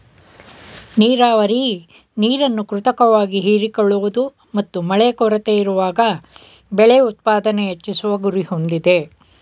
ನೀರಾವರಿ ನೀರನ್ನು ಕೃತಕವಾಗಿ ಹೀರಿಕೊಳ್ಳುವುದು ಮತ್ತು ಮಳೆ ಕೊರತೆಯಿರುವಾಗ ಬೆಳೆ ಉತ್ಪಾದನೆ ಹೆಚ್ಚಿಸುವ ಗುರಿ ಹೊಂದಿದೆ